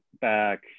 back